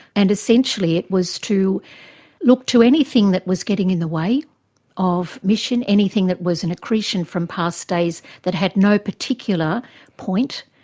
and essentially it was to look to anything that was getting in the way of mission, anything that was an accretion from past days that had no particular point,